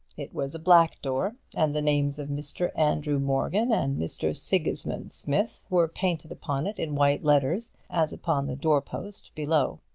it was a black door, and the names of mr. andrew morgan and mr. sigismund smith were painted upon it in white letters as upon the door-post below.